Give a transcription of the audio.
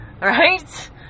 right